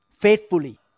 Faithfully